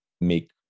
make